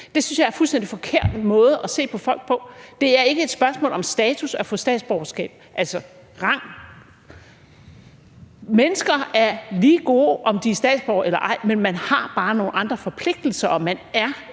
Det synes jeg er en fuldstændig forkert måde at se på folk på. Det er ikke et spørgsmål om status eller rang at få statsborgerskab. Mennesker er lige gode, om de er statsborgere eller ej – man har bare nogle andre forpligtelser, og man er